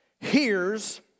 hears